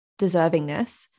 deservingness